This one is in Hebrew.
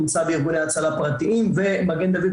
נמצא בארגוני הצלה פרטיים ומגד דוד